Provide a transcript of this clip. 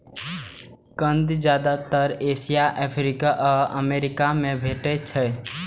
कंद जादेतर Asia, Africa आ अमेरिका मे भेटैत छैक